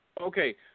Okay